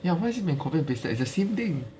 ya why has it been copied and pasted it's the same thing